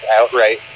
outright